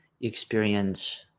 experience